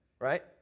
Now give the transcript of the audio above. right